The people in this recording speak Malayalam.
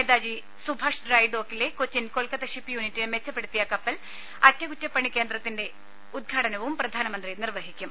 നേതാജി സുഭാഷ് ഡ്രൈ ഡോക്കിലെ കൊച്ചിൻ കൊൽക്കത്ത ഷിപ്പ് യൂണിറ്റിൻറെ മെച്ചപ്പെടുത്തിയ കപ്പൽ അറ്റകുറ്റപ്പണി കേന്ദ്രത്തിൻറെ ഉദ്ഘാടനവും പ്രധാനമന്ത്രി നിർവഹിക്കും